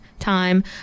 time